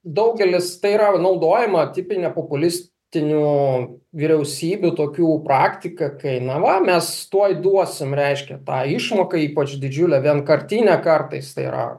daugelis tai yra naudojama tipinė populistinių vyriausybių tokių praktika kai na va mes tuoj duosim reiškia tą išmoką ypač didžiulė vienkartinė kartais tai yra